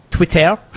Twitter